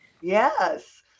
Yes